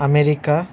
America